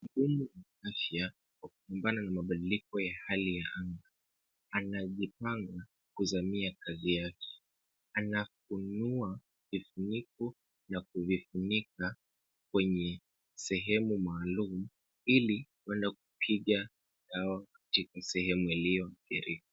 Mhudumu wa afya, wa kupambana na mabadiliko ya hali ya anga, anajipanga kuzamia kazi yake. Anafunua vifuniko na kuvifunika sehemu maalum, ili kwenda kupiga dawa katika sehemu iliyo athirika.